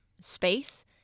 space